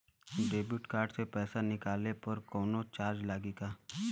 Debit card से पैसा निकलले पर कौनो चार्ज लागि का?